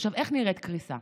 עכשיו, איך נראית קריסה?